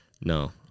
No